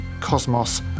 Cosmos